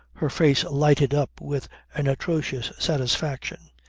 her face lighted up with an atrocious satisfaction.